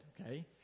okay